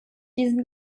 diesen